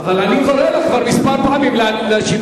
אבל אני קורא לך כבר כמה פעמים להשיב,